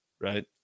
Right